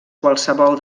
qualssevol